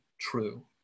true